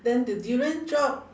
then the durian drop